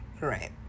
right